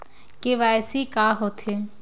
KYC का होथे?